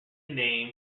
name